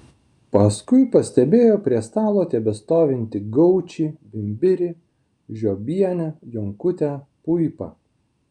paskui pastebėjo prie stalo tebestovintį gaučį bimbirį žiobienę jonkutę puipą